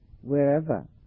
wherever